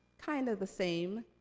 kind of the same.